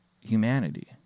humanity